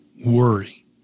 worry